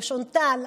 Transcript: שונטל,